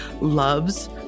loves